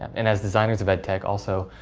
and as designers of ed tech also.